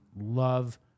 Love